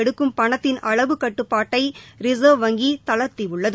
எடுக்கும் பணத்தின் அளவு கட்டுப்பாட்டை ரிசர்வ் வங்கி தளர்த்தியுள்ளது